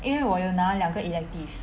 因为我有拿两个 elective